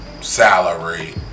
salary